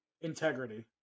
Integrity